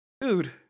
dude